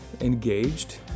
engaged